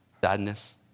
sadness